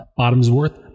bottomsworth